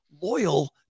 loyal